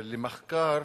למחקר